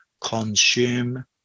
consume